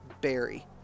Barry